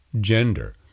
gender